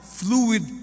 fluid